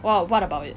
what what about it